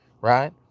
right